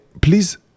please